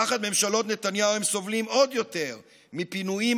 תחת ממשלות נתניהו הם סובלים עוד יותר מפינויים